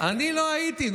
אני לא הייתי.